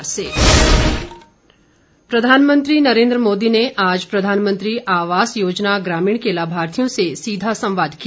प्रधानमंत्री आवास योजना प्रधानमंत्री नरेन्द्र मोदी ने आज प्रधानमंत्री आवास योजना ग्रमीण के लाभार्थियों से सीधा संवाद किया